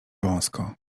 wąsko